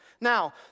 Now